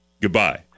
Goodbye